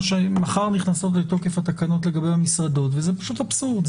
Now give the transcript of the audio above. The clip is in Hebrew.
מחר נכנסות לתוקף התקנות לגבי המסעדות וזה פשוט אבסורד,